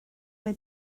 mae